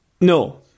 No